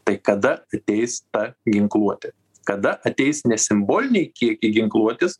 tai kada ateis ta ginkluotė kada ateis ne simboliniai kiekiai ginkluotės